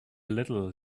little